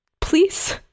please